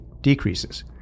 decreases